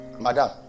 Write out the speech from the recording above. Madam